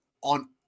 on